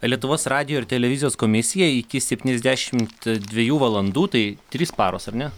lietuvos radijo ir televizijos komisija iki septyniasdešimt dviejų valandų tai trys paros ar ne